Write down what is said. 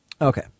Okay